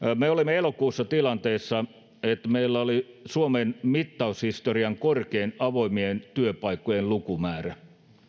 elokuussa tilanteessa että meillä oli suomen mittaushistorian korkein avoimien työpaikkojen lukumäärä